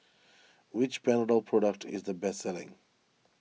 which Panadol product is the best selling